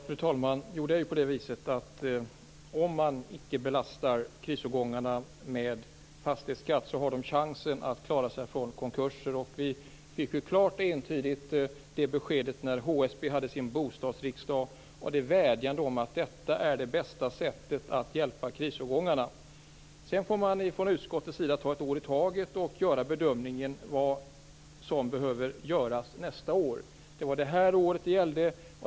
Fru talman! Det är ju på det viset att om man inte belastar krisårgångarna med fastighetsskatt har de chansen klara sig från konkurser. Det beskedet fick vi ju klart och entydigt när HSB hade bostadsriksdag och i och med vädjandet om att det här är det bästa sättet att hjälpa krisårgångarna. Sedan får man i utskottet ta ett år i taget och göra bedömningen av vad som behöver göras nästa år. Det var det här året det gällde.